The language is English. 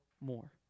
more